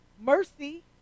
Mercy